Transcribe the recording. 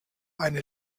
eine